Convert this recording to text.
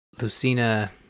Lucina